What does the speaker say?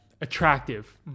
attractive